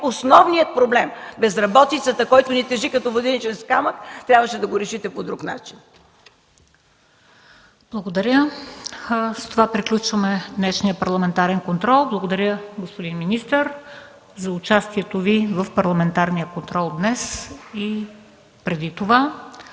основният проблем –безработицата, който ни тежи като воденичен камък, да го решите по друг начин. ПРЕДСЕДАТЕЛ МЕНДА СТОЯНОВА: Благодаря. С това приключваме днешния парламентарен контрол. Благодаря, господин министър, за участието Ви в парламентарния контрол днес и преди това.